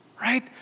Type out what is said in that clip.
right